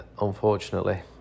unfortunately